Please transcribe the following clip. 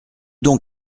donc